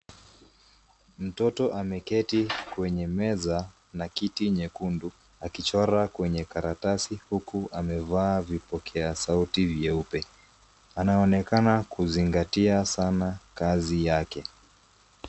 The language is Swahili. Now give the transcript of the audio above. Mtoto ameketi kwenye meza, na kiti nyekundu akichora kwenye karatasi, huku amevaa vipokea sauti vyeupe. Anaonekana kuzingatia sana kazi yake.